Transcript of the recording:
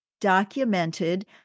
documented